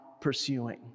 pursuing